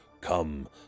Come